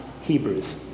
Hebrews